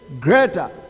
greater